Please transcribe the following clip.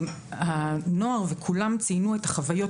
הנוער וכולם ציינו את החוויות,